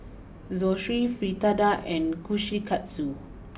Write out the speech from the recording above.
Zosui Fritada and Kushikatsu